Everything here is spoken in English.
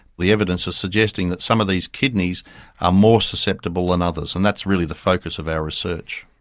the evidence is suggesting that some of these kidneys are more susceptible than others, and that's really the focus of our research.